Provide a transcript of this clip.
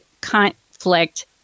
conflict